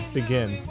begin